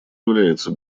является